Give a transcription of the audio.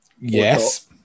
yes